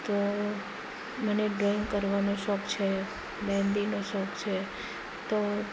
તો મને ડ્રોઈંગ કરવાનો શોખ છે મહેંદીનો શોખ છે તો